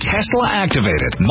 Tesla-activated